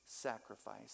sacrifice